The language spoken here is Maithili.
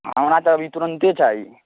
हमरा तऽ अभी तुरंते चाही